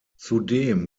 zudem